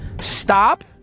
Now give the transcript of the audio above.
stop